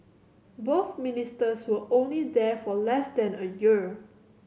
both Ministers were only there for less than a year